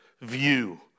view